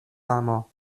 amo